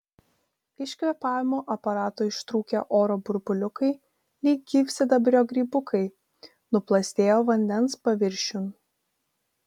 iš kvėpavimo aparato ištrūkę oro burbuliukai lyg gyvsidabrio grybukai nuplazdėjo vandens paviršiun